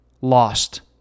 lost